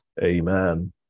amen